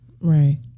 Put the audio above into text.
right